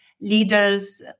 leaders